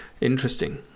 interesting